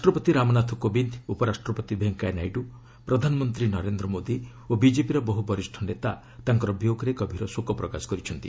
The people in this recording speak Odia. ରାଷ୍ଟ୍ରପତି ରାମନାଥ କୋବିନ୍ଦ ଉପରାଷ୍ଟ୍ରପତି ଭେଙ୍କୟା ନାଇଡ଼ୁ ପ୍ରଧାନମନ୍ତ୍ରୀ ନରେନ୍ଦ୍ର ମୋଦୀ ଓ ବିଜେପିର ବହୁ ବରିଷ୍ଣ ନେତା ତାଙ୍କର ବିୟୋଗରେ ଗଭୀର ଶୋକ ପ୍ରକାଶ କରିଛନ୍ତି